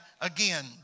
again